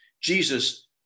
Jesus